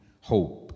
hope